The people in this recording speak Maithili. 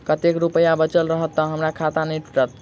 कतेक रुपया बचल रहत तऽ हम्मर खाता नै टूटत?